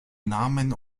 namen